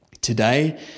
Today